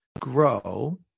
grow